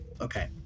Okay